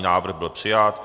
Návrh byl přijat.